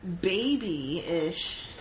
baby-ish